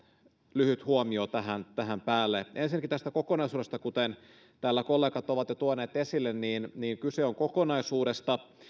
lyhyt huomio tähän päälle ensinnäkin tästä kokonaisuudesta kuten täällä kollegat ovat jo tuoneet esille niin niin kyse on kokonaisuudesta